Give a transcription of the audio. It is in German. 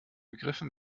begriffen